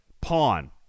pawn